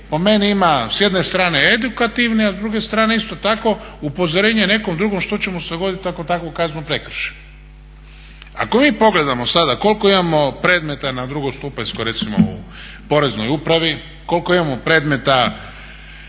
po meni ima s jedne strane edukativne, a s druge strane isto tako upozorenje nekom drugom što će mu se dogodit ako takvu kaznu prekrši. Ako mi pogledamo sada koliko imamo predmeta na drugostupanjsko recimo u Poreznoj upravi, koliko imamo predmeta